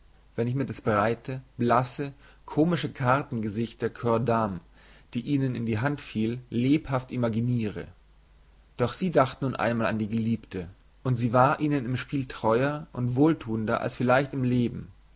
wenn ich mir das breite blasse komische kartengesicht der coeurdame die ihnen in die hand fiel lebhaft imaginiere doch sie dachten nun einmal an die geliebte und sie war ihnen im spiel treuer und wohltuender als vielleicht im leben